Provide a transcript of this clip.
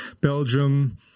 Belgium